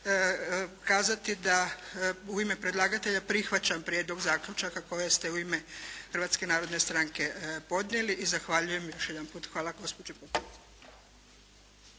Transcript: kazati da u ime predlagatelja prihvaćam prijedlog zaključaka koje ste u ime Hrvatske narodne stranke podnijeli i zahvaljujem još jedanput. Hvala gospođi